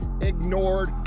ignored